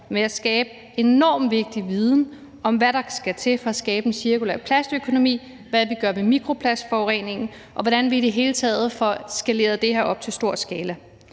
med at skabe en enormt vigtig viden om, hvad der skal til for at skabe en cirkulær plastøkonomi, hvad vi gør ved mikroplastforureningen, og hvordan vi i det hele taget får skaleret det her op til stor skala